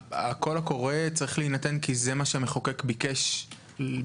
שפירשתם בהתאם למה שאמרתם לבית המשפט ותפרסמו את הקול קורא.